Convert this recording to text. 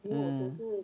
mm